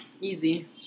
Easy